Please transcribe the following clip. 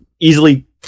easily